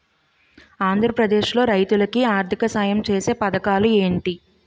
ఆంధ్రప్రదేశ్ లో రైతులు కి ఆర్థిక సాయం ఛేసే పథకాలు ఏంటి?